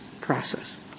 process